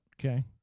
Okay